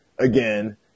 again